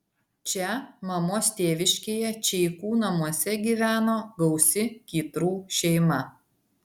čia mamos tėviškėje čeikų namuose gyveno gausi kytrų šeima